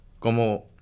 Como